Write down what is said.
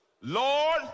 Lord